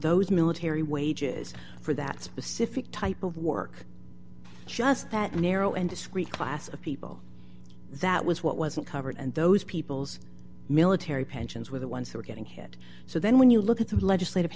those military wages for that specific type of work just that narrow and discreet class of people that was what wasn't covered and those people's military pensions were the ones who were getting hit so then when you look at the legislative